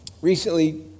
recently